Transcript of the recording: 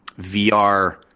VR